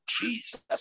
Jesus